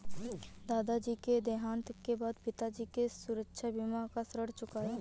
दादाजी के देहांत के बाद पिताजी ने सुरक्षा बीमा से ऋण चुकाया